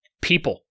people